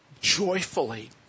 joyfully